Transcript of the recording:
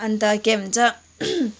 अन्त के भन्छ